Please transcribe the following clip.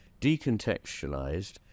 decontextualized